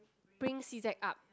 bring C_Z up